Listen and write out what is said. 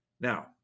Now